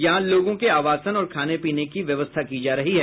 यहां लोगों के आवासन और खाने पीने की व्यवस्था की जा रही है